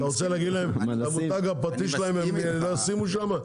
אתה רוצה להגיד להם שאת המותג הפרטי שלהם הם לא ישימו שם?